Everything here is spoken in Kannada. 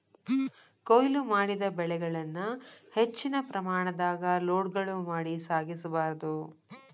ಕೋಯ್ಲು ಮಾಡಿದ ಬೆಳೆಗಳನ್ನ ಹೆಚ್ಚಿನ ಪ್ರಮಾಣದಾಗ ಲೋಡ್ಗಳು ಮಾಡಿ ಸಾಗಿಸ ಬಾರ್ದು